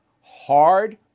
hard